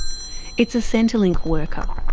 it's a centrelink worker.